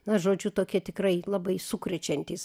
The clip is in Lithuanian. na žodžiu tokie tikrai labai sukrečiantys